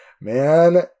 man